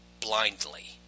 blindly